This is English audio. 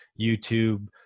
YouTube